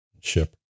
ship